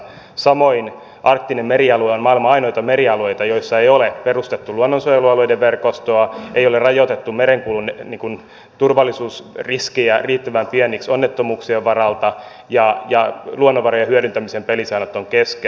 samoin arktinen merialue on maailman ainoita merialueita jolla ei ole perustettu luonnonsuojelualueiden verkostoa ei ole rajoitettu merenkulun turvallisuusriskejä riittävän pieniksi onnettomuuksien varalta ja luonnonvarojen hyödyntämisen pelisäännöt ovat kesken